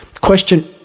Question